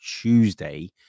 Tuesday